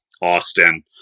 Austin